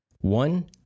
One